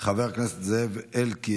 חבר הכנסת זאב אלקין,